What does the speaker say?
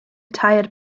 tired